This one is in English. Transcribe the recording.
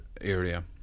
area